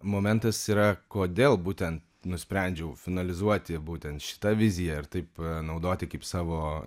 momentas yra kodėl būten nusprendžiau finalizuoti būtent šitą viziją ir tai panaudoti kaip savo